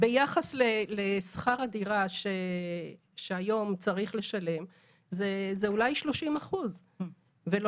אבל ביחס לשכר הדירה שהיום צריך לשלום זה אולי 30% ושלא